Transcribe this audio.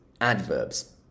adverbs